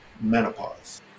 menopause